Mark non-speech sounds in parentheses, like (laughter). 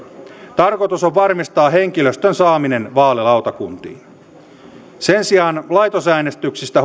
tarkoitus on varmistaa henkilöstön saaminen vaalilautakuntiin sen sijaan laitosäänestyksistä (unintelligible)